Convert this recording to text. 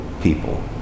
people